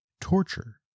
torture